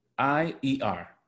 i-e-r